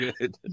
good